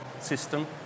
System